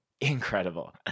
incredible